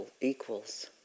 equals